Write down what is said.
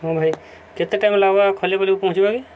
ହଁ ଭାଇ କେତେ ଟାଇମ୍ ଲାଗ୍ବା ଖଲିବେଲକୁ ପହଁଞ୍ଚିବାକେ